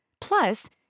Plus